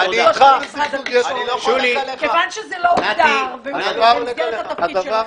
הממשלה, אסור להם לסטות מעמדת הממשלה.